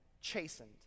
chastened